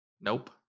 Nope